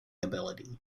ability